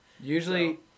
Usually